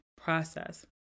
process